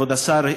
כבוד השר,